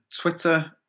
Twitter